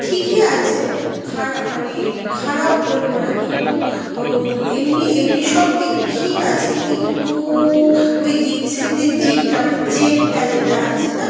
ঠিকই আছে খারাপ মানে খারাপ বলব না কিন্তু এমনি এমনি সবদিক ঠিক আছে কিন্তু ওই জিনসের যে জিপটা মানে চেনটা যেটা আছে না